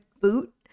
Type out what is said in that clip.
boot